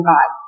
God